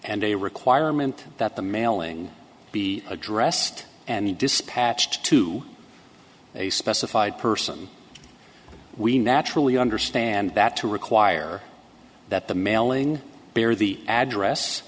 and a requirement that the mailing be addressed and dispatched to a specified person we naturally understand that to require that the mailing bear the address